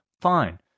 Fine